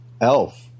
Elf